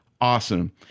awesome